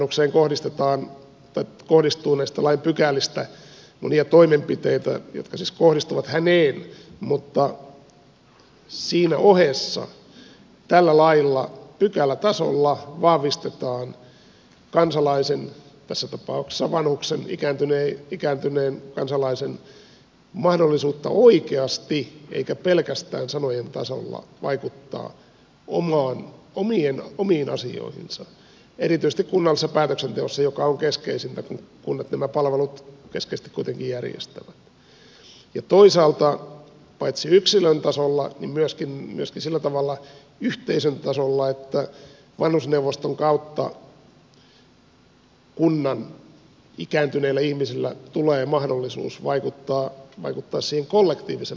toki vanhukseen kohdistuu näistä lain pykälistä monia toimenpiteitä jotka siis kohdistuvat häneen mutta siinä ohessa tällä lailla pykälätasolla vahvistetaan kansalaisen tässä tapauksessa vanhuksen ikääntyneen kansalaisen mahdollisuutta oikeasti eikä pelkästään sanojen tasolla vaikuttaa omiin asioihinsa erityisesti kunnallisessa päätöksenteossa mikä on keskeisintä kun kunnat nämä palvelut keskeisesti kuitenkin järjestävät ja toisaalta paitsi yksilön tasolla niin myöskin sillä tavalla yhteisön tasolla että vanhusneuvoston kautta kunnan ikääntyneille ihmisille tulee mahdollisuus vaikuttaa siihen kollektiivisempaan päätöksentekoon